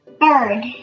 Bird